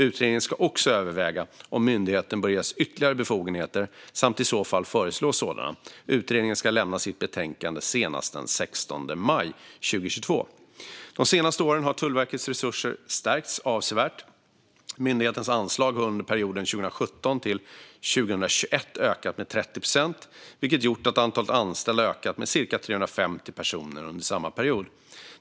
Utredningen ska också överväga om myndigheten bör ges ytterligare befogenheter och i så fall föreslå sådana. Utredningen ska lämna sitt betänkande senast den 16 maj 2022. De senaste åren har Tullverkets resurser stärkts avsevärt. Myndighetens anslag har under perioden 2017-2021 ökat med 30 procent, vilket har gjort att antalet anställda har ökat med cirka 350 personer under samma period.